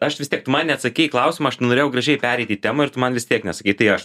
aš vis tiek tu man neatsakei į klausimą aš norėjau gražiai pereiti į temą ir tu man vis tiek neatsakei tai aš